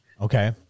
Okay